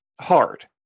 hard